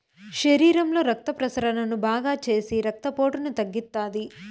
శరీరంలో రక్త ప్రసరణను బాగాచేసి రక్తపోటును తగ్గిత్తాది